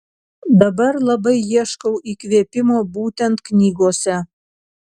dabar labai ieškau įkvėpimo būtent knygose